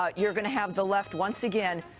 ah you're going to have the left, once again,